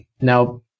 now